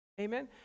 Amen